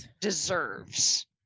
deserves